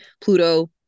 pluto